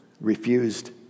refused